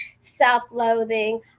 self-loathing